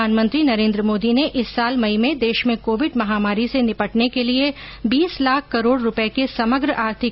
प्रधानमंत्री नरेन्द्र मोदी ने इस साल मई में देश में कोविड महामारी से निपटने के लिए बीस लाख करोड़ रूपए के समग्र आर्थिक पैकेज की घोषणा की थी